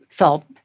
felt